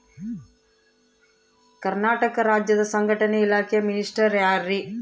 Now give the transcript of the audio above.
ಕರ್ನಾಟಕ ರಾಜ್ಯದ ಸಂಘಟನೆ ಇಲಾಖೆಯ ಮಿನಿಸ್ಟರ್ ಯಾರ್ರಿ?